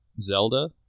zelda